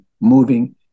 moving